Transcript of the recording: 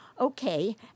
Okay